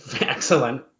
excellent